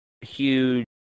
huge